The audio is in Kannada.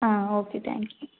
ಹಾಂ ಓಕೆ ತ್ಯಾಂಕ್ ಯು